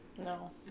no